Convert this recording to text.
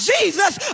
Jesus